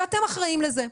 ואתם אחראים לזה.